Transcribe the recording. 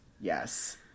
yes